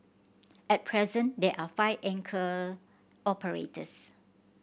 at present there are five anchor operators